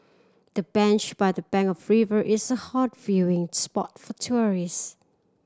the bench by the bank of river is a hot viewing spot for tourist